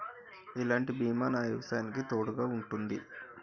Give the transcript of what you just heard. ఎలాంటి బీమా నా వ్యవసాయానికి తోడుగా ఉంటుంది?